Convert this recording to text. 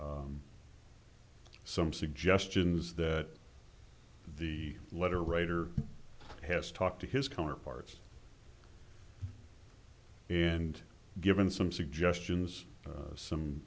embrace some suggestions that the letter writer has talked to his counterparts and given some suggestions some